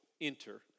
enter